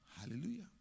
hallelujah